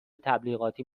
تبلیغاتی